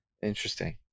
Interesting